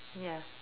ya